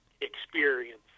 experience